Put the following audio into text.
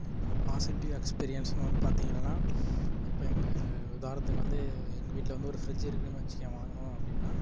இப்போ பாசிட்டிவ் எக்ஸ்பீரியன்ஸ்னு வந்த பார்த்திங்கள்னா இப்போ எங்கள் உதாரணத்துக்கு வந்து எங்கள் வீட்டில் வந்து ஒரு ஃபிரிட்ஜ் இருக்குனு வச்சிக்க வாங்கினோம் அப்படின்னா